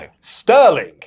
Sterling